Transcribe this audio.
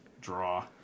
Draw